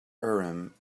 urim